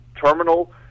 terminal